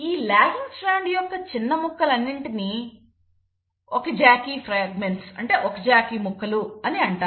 ఈ logging strand యొక్క చిన్న ముక్కలు అన్నింటిని ఒకజాకి ముక్కలు అని అంటారు